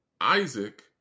Isaac